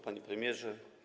Panie Premierze!